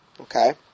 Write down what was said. Okay